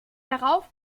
darauf